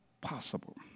possible